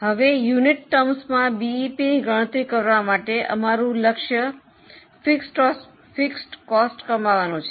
હવે એકમમાં બીઇપીની ગણતરી કરવા માટે અમારું લક્ષ્ય સ્થિર ખર્ચ કમાવવાનું છે